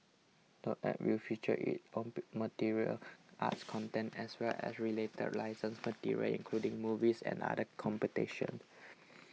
the App will feature its own martial arts content as well as related licensed material including movies and other competitions